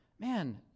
man